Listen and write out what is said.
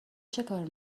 چیکار